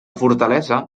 fortalesa